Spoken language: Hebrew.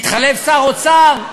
התחלף שר אוצר,